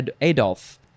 Adolf